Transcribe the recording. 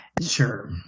Sure